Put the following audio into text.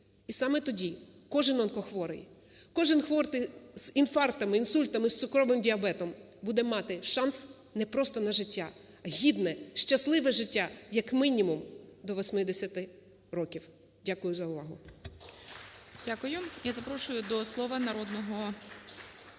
і саме тоді кожен онкохворий, кожен хворий з інфарктами, інсультами, з цукровим діабетом буде мати шанс не просто на життя, а гідне, щасливе життя як мінімум до 80 років. Дякую за увагу.